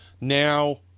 Now